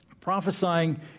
Prophesying